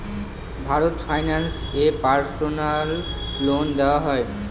Bharat finance এ personal loan দেওয়া হয়?